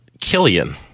Killian